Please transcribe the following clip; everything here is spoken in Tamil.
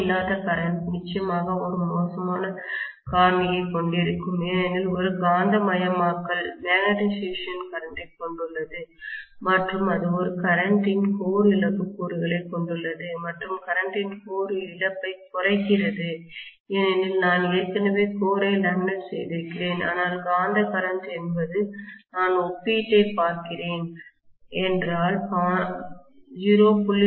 லோடு இல்லாத கரண்ட் நிச்சயமாக ஒரு மோசமான காரணியைக் கொண்டிருக்கும் ஏனெனில் இது ஒரு காந்தமயமாக்கல்மேக்னட்டைசேஷன் கரண்டைக் கொண்டுள்ளது மற்றும் இது கரண்ட் ன் ஒரு கோர் இழப்புக் கூறுகளைக் கொண்டுள்ளது மற்றும் கரண்ட் ன் கோர் இழப்பைக் குறைக்கிறது ஏனெனில் நான் ஏற்கனவே கோரை லேமினேட் செய்திருக்கிறேன் ஆனால் காந்த கரண்ட் என்பது நான் ஒப்பீட்டைப் பார்க்கிறேன் என்றால் 0